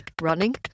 running